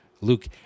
Luke